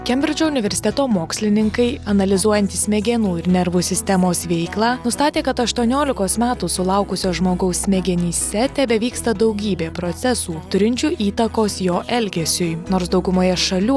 kembridžo universiteto mokslininkai analizuojantys smegenų ir nervų sistemos veiklą nustatė kad aštuoniolikos metų sulaukusio žmogaus smegenyse tebevyksta daugybė procesų turinčių įtakos jo elgesiui nors daugumoje šalių